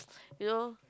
you know